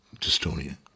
dystonia